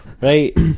right